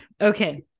Okay